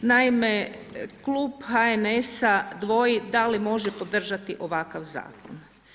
Naime, Klub HNS-a dvoji da li može podržati ovakav zakon.